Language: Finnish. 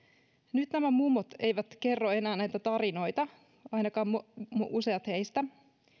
nyt nämä mummot eivät kerro enää näitä tarinoita ainakaan useat heistä